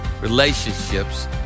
relationships